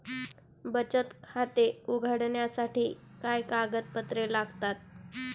बचत खाते उघडण्यासाठी काय कागदपत्रे लागतात?